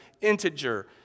integer